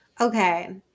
Okay